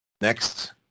Next